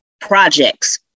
projects